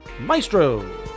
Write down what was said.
Maestro